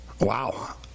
Wow